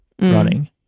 running